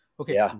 Okay